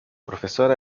profesora